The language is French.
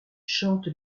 chante